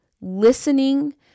listening